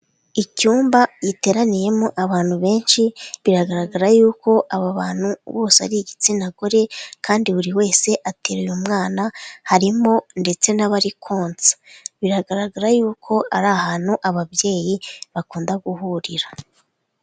Icyumba giteraniyemo abantu benshi, biragaragara yuko abo bantu bose ari igitsina gore kandi buri wese ateruye umwana, harimo ndetse n'abari konsa, biragaragara yuko ari ahantu ababyeyi bakunda guhurira.